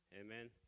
amen